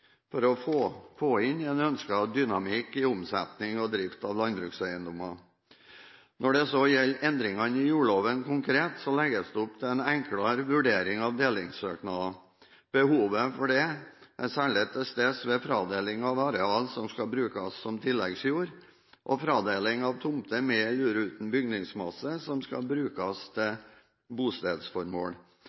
for å få inn en ønsket dynamikk i omsetning og drift av landbrukseiendommer. Når det så gjelder endringen i jordloven konkret, legges det opp til en enklere vurdering av delingssøknader. Behovet for det er særlig til stede ved fradeling av areal som skal brukes som tilleggsjord, og fradeling av tomter med eller uten bygningsmasse som skal brukes til bostedsformål.